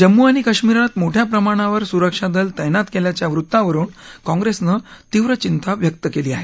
जम्मू आणि काश्मीरात मोठ्या प्रमाणावर सुरक्षा दलं तैनात केल्याच्या वृत्तावरुन काँग्रेसनं तीव्र चिंता व्यक्त केली आहे